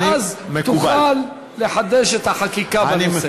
ואז תוכל לחדש את החקיקה בנושא.